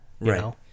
Right